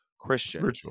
Christian